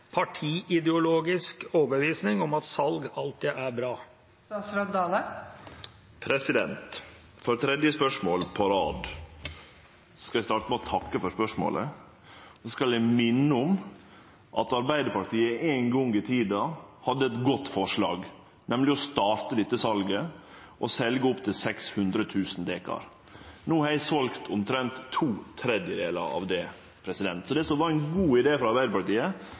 partiideologisk overbevisning om at salg alltid er bra?» For tredje spørsmål på rad skal eg starte med å takke for spørsmålet. Så skal eg minne om at Arbeidarpartiet ein gong i tida hadde eit godt forslag, nemleg å starte dette salet og selje opptil 600 000 dekar. No har eg selt omtrent to tredjedelar av det. Så det som var ein god idé frå Arbeidarpartiet,